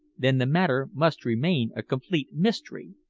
then the matter must remain a complete mystery.